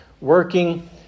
working